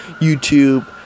YouTube